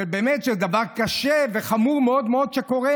ובאמת שזה דבר קשה וחמור מאוד מאוד שקורה,